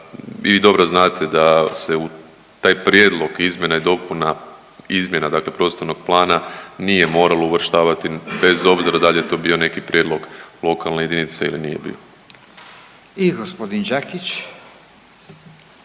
vi dobro znate da se u taj prijedlog izmjena i dopuna, izmjena dakle prostornog plana nije moralo uvrštavati bez obzira da li je to bio neki prijedlog lokalne jedinice ili nije bio. **Radin, Furio